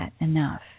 enough